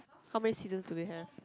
how many seasons do they have